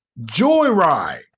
Joyride